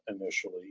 initially